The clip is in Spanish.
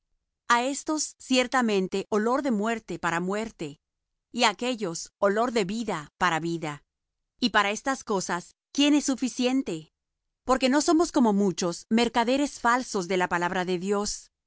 a éstos ciertamente olor de muerte para muerte y á aquéllos olor de vida para vida y para estas cosas quién es suficiente porque no somos como muchos mercaderes falsos de la palabra de dios